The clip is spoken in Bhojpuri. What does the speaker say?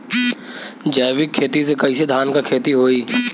जैविक खेती से कईसे धान क खेती होई?